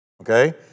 okay